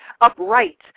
upright